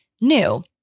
new